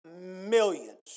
millions